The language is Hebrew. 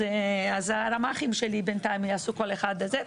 אז הרמ"חים שלי יעשו כל אחד את זה.